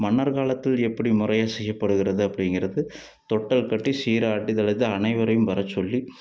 மன்னர் காலத்தில் எப்படி முறையா செய்யப்படுகிறதோ அப்டிங்கிறது தொட்டில் கட்டி சீராட்டுதல் வந்து அனைவரையும் வரச்சொல்லி